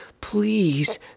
Please